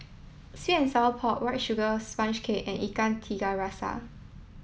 sweet and sour pork white sugar sponge cake and Ikan Tiga Rasa